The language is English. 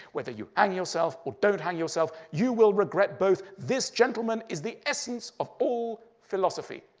whether you hang yourself or don't hang yourself, you will regret both. this gentleman is the essence of all philosophy.